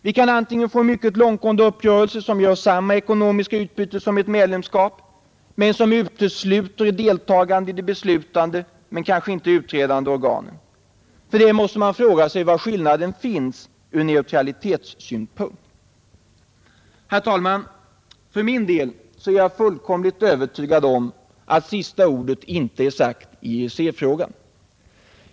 Vi kan få en mycket långtgående uppgörelse som gc: oss samma ekonomiska utbyte som ett medlemskap men som utesluter deltagande i de beslutande, men kanske inte de utredande, organen. Får vi det, måste man fråga sig var skillnaden finns ur neutralitetssynpunkt. För min del är jag fullkomligt övertygad om att sista ordet inte är sagt i EEC-frågan.